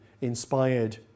inspired